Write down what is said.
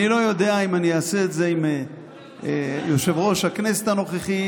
אני לא יודע אם אני אעשה את זה עם יושב-ראש הכנסת הנוכחי,